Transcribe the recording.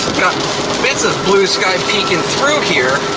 got bits of blue sky peeking through here,